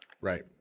right